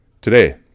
today